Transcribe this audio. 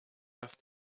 dass